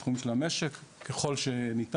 בתחום של המשק ככל שניתן.